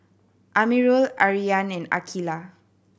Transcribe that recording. Amirul Aryan and Aqeelah